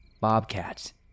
bobcats